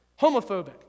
homophobic